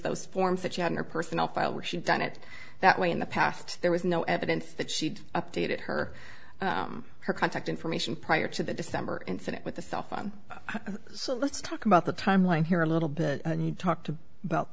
those forms that you hadn't personnel file where she done it that way in the past there was no evidence that she'd updated her her contact information prior to the december incident with the cellphone so let's talk about the timeline here a little bit and you talk to about